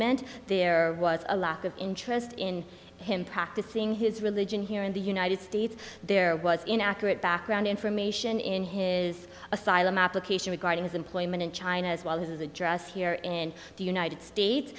ment there was a lot of interest in him practicing his religion here in the united states there was inaccurate background information in his asylum application regarding his employment in china as well his address here in the united states